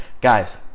guys